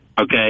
okay